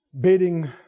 bidding